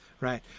right